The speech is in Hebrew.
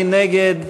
מי נגד?